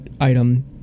item